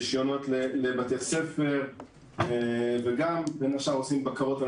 רישיונות לבתי ספר וגם בין השאר עושים בקרות על